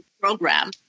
program